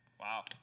Wow